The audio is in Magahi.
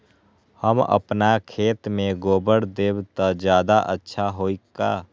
हम अपना खेत में गोबर देब त ज्यादा अच्छा होई का?